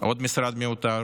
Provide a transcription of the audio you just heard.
עוד משרד מיותר,